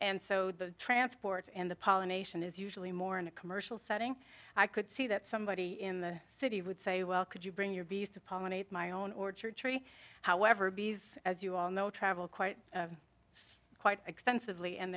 and so the transport and the pollination is usually more in a commercial setting i could see that somebody in the city would say well could you bring your bees to pollinate my own orchard tree however bees as you all know travel quite quite extensively and